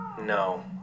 No